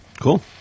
Cool